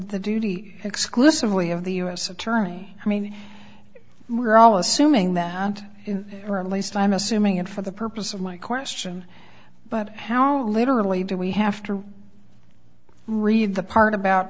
the duty exclusively of the u s attorney i mean we're all assuming that or at least i'm assuming it for the purpose of my question but how literally do we have to read the part about